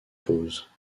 pose